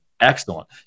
Excellent